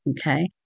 okay